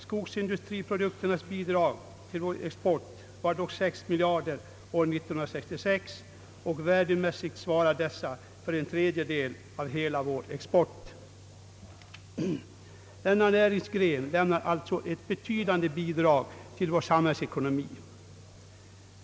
Skogsindustriprodukternas bidrag till vår export var dock 6 miljarder år 1966, och värdemässigt svarar dessa för en tredjedel av hela vår export. Denna näringsgren lämnar alltså ett betydande bidrag till vår samhällsekonomi.